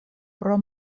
pro